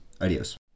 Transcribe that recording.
Adios